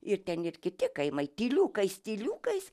ir ten ir kiti kaimai tyliukais tyliukais